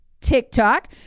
TikTok